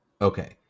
Okay